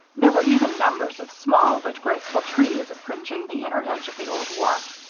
there were even numbers of small but graceful trees fringing the inner edge of the old wharf,